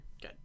Good